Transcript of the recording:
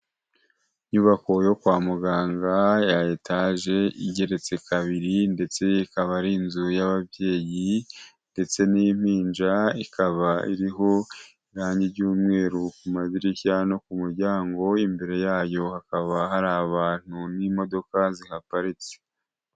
Inyubako yo kwa muganga ya etage, igeretse kabiri ndetse ikaba ari inzu y'ababyeyi ndetse n'impinja, ikaba iriho irangi ry'umweru ku madirishya no ku muryango; imbere yayo hakaba hari abantu n'imodoka zihaparitse.